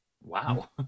Wow